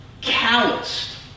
calloused